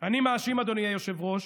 אני מאשים, אדוני היושב-ראש,